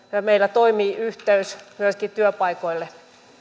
meillä toimii yhteys myöskin työpaikoille vielä